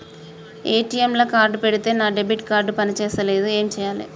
ATM లా card పెడితే నా డెబిట్ కార్డ్ పని చేస్తలేదు ఏం చేయాలే?